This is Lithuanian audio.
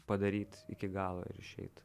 padaryt iki galo ir išeit